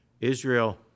Israel